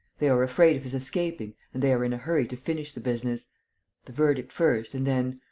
they are afraid of his escaping and they are in a hurry to finish the business the verdict first and then.